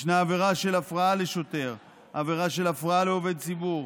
ישנה עבירה של הפרעה לשוטר וכן עבירה של הפרעה לעובד ציבור.